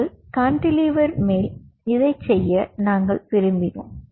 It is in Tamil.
ஒரு கான்டிலீவரின் மேல் இதைச் செய்ய நாங்கள் விரும்பினோம்